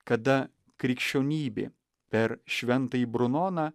kada krikščionybė per šventąjį brunoną